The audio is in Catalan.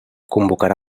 convocarà